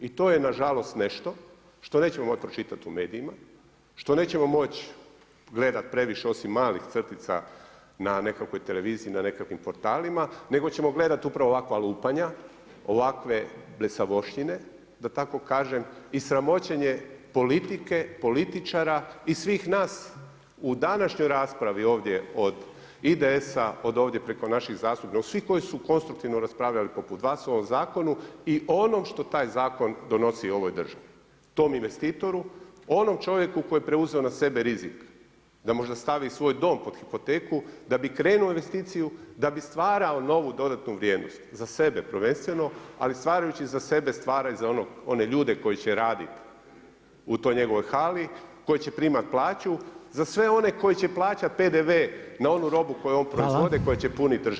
I to je nažalost nešto što nećemo moći pročitati u medijima, što nećemo moć gledati previše osim malih crtica na nekakvoj televiziji, na nekakvim portalima nego ćemo gledati upravo ovakva lupanja, ovakve blesavoštine da tako kažem i sramoćenje politike, političara i svih nas u današnjoj raspravi ovdje od IDS-a od ovdje preko naših zastupnika, svi koji su konstruktivno raspravljali poput vas o ovom zakonu i onom što taj zakon donosi ovoj državi, tom investitoru, onom čovjeku koji je preuzeo na sebe rizik da možda stavi svoj dom pod hipoteku da bi krenuo u investiciju, da bi stvarao novu dodatnu vrijednost za sebe prvenstveno, ali stvarajući za sebe, stvara i za one ljude koji će raditi u toj njegovoj hali, koji će primati plaću, za sve one koji će plaćati PDV na onu robu koju on proizvode koji će puniti državni proračun.